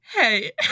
hey